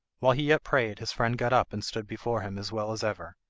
while he yet prayed his friend got up and stood before him as well as ever.